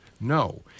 no